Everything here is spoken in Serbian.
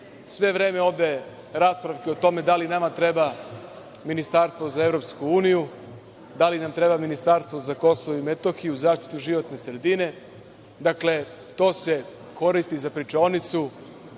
sve vreme ovde rasprave o tome da li nama treba ministarstvo za EU, da li nam treba ministarstvo za Kosovo i Metohiju, zaštitu životne sredine. To se koristi za pričaonicu,